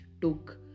took